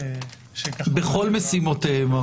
בכל משימותיהם.